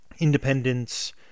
independence